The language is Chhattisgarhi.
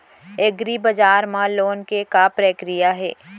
एग्रीबजार मा लोन के का प्रक्रिया हे?